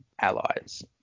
allies